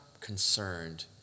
concerned